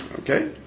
Okay